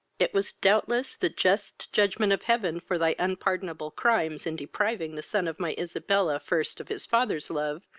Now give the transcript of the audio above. it was doubtless the just judgement of heaven for thy unpardonable crimes in depriving the son of my isabella first of his father's love,